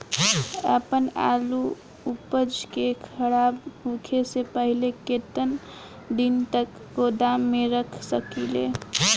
आपन आलू उपज के खराब होखे से पहिले केतन दिन तक गोदाम में रख सकिला?